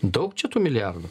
daug čia tų milijardų